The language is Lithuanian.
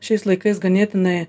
šiais laikais ganėtinai